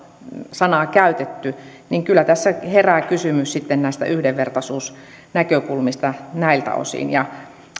sanaa käytetty niin kyllä tässä herää kysymys näistä yhdenvertaisuusnäkökulmista näiltä osin